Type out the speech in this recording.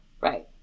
right